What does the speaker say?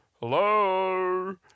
hello